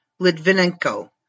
Litvinenko